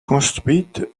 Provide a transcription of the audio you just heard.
construite